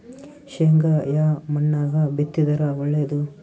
ಶೇಂಗಾ ಯಾ ಮಣ್ಣಾಗ ಬಿತ್ತಿದರ ಒಳ್ಳೇದು?